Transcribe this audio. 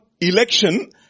election